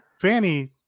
Fanny